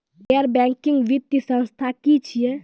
गैर बैंकिंग वित्तीय संस्था की छियै?